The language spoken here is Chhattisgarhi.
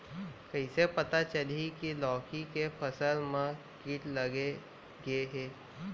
कइसे पता चलही की लौकी के फसल मा किट लग गे हे?